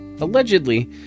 Allegedly